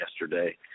yesterday